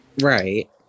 Right